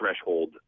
threshold